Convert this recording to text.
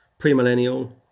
premillennial